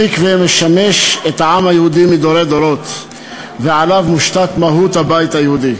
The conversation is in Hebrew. המקווה משמש את העם היהודי מדורי-דורות ועליו מושתתת מהות הבית היהודי.